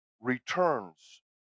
returns